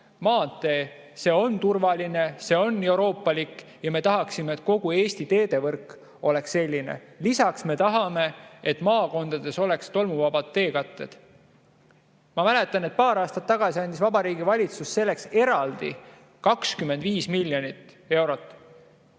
maantee – see on turvaline, see on euroopalik ja me tahaksime, et kogu Eesti teedevõrk oleks selline. Lisaks me tahame, et maakondades oleks tolmuvabad teekatted. Ma mäletan, et paar aastat tagasi andis Vabariigi Valitsus selleks eraldi 25 miljonit eurot.